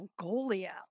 Mongolia